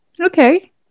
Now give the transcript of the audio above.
Okay